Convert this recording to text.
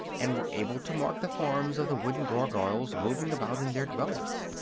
and were able to mark the forms of the wooden gargoyles moving about in their dwellings.